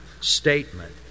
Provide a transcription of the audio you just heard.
statement